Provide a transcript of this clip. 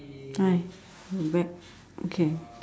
hi I'm back okay